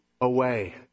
away